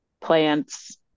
plants